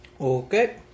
Okay